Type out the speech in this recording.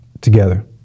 together